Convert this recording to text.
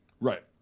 Right